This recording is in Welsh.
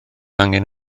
angen